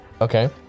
Okay